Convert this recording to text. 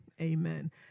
Amen